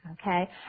okay